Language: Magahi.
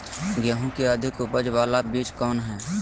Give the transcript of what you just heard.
गेंहू की अधिक उपज बाला बीज कौन हैं?